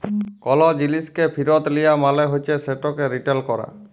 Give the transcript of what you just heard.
call জিলিসকে ফিরত লিয়া মালে হছে সেটকে রিটার্ল ক্যরা